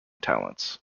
talents